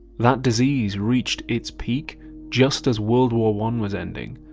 that disease reached its peak just as world war one was ending.